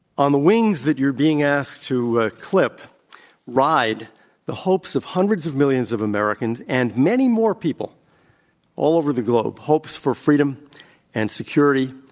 on the wings that you're being asked to ah clip ride the hopes of hundreds of millions of americans and many more people all over the globe, hopes for freedom and security,